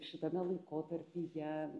šitame laikotarpyje